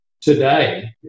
today